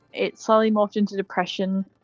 it slowly morphed into depression,